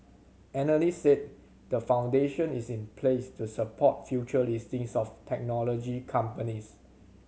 analysts said the foundation is in place to support future listings of technology companies